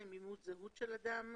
אימות זהות של אדם.